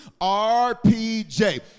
RPJ